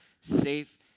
safe